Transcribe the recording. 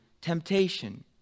temptation